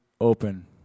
open